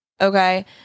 Okay